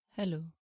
Hello